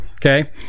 Okay